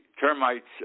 termites